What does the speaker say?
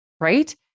right